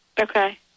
Okay